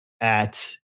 at-